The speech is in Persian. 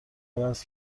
عوض